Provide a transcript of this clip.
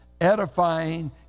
edifying